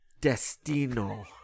destino